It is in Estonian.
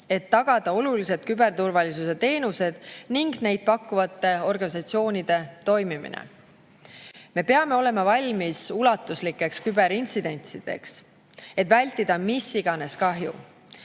et tagada olulised küberturvalisuse teenused ning neid pakkuvate organisatsioonide toimimine. Me peame olema valmis ulatuslikeks küberintsidentideks, et vältida mis iganes kahju.